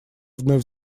вновь